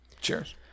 Cheers